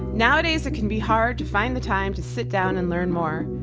nowadays it can be hard to find the time to sit down and learn more.